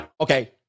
Okay